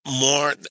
more